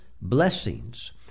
blessings